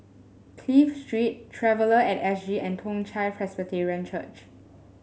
Clive Street Traveller at S G and Toong Chai Presbyterian Church